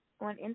on